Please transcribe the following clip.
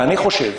ואני חושב